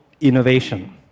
innovation